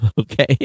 okay